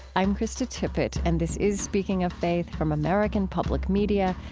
i'm krista tippett and this is speaking of faith from american public media.